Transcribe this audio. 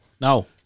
No